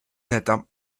n’atteint